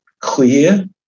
clear